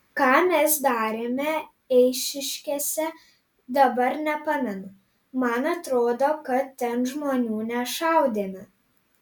ką mes darėme eišiškėse dabar nepamenu man atrodo kad ten žmonių nešaudėme